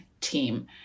team